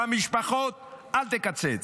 במשפחות אל תקצץ.